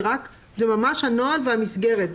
זה ממש הנוהל והמסגרת.